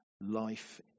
life